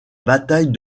bataille